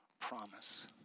promise